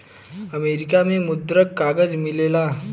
America में मुद्रक कागज मिलेला